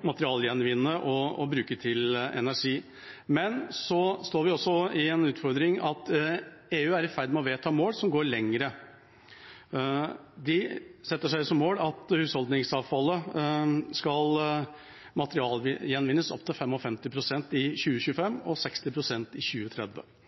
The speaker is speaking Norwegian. å materialgjenvinne og å bruke til energi. Men så har vi også den utfordringen at EU er i ferd med å vedta mål som går lenger. De setter seg som mål at husholdningsavfallet skal materialgjenvinnes opp til 55 pst. i 2025 og 60 pst. i 2030.